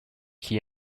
qui